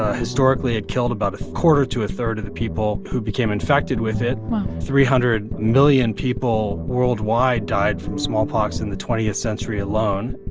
ah historically, it killed about a quarter to a third of the people who became infected with it wow three hundred million people worldwide died from smallpox in the twentieth century alone.